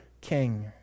king